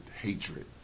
hatred